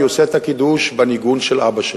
אני עושה את הקידוש בניגון של אבא שלי.